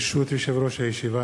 ברשות יושב-ראש הישיבה,